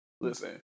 Listen